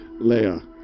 Leia